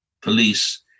police